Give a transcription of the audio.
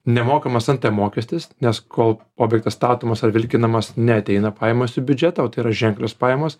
nemokamas nt mokestis nes kol objektas statomas ar vilkinamas neateina pajamos į biudžetą o tai yra ženklios pajamos